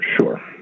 Sure